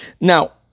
Now